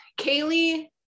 Kaylee